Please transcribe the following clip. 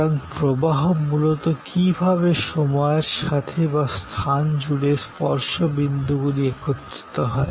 সুতরাং প্রবাহ মূলত কী ভাবে সময়ের সাথে বা স্থান জুড়ে স্পর্শ বিন্দুগুলি একত্রিত হয়